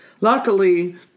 Luckily